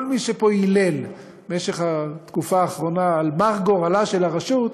כל מי שפה יילל במשך התקופה האחרונה על מר גורלה של הרשות,